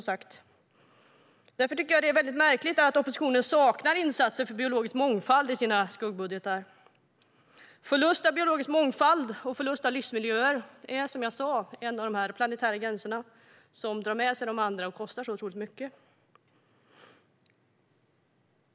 Därför tycker jag att det är väldigt märkligt att oppositionen saknar insatser för biologisk mångfald i sina skuggbudgetar. Förlusten av biologisk mångfald och förlust av livsmiljöer utgör en av de planetära gränserna, som drar med sig de andra och kostar otroligt mycket.